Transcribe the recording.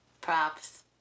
Props